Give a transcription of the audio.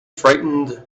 frightened